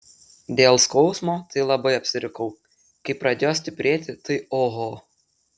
dėl skausmo tai labai apsirikau kai pradėjo stiprėti tai oho